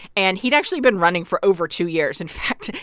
and he'd actually been running for over two years. in fact,